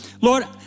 Lord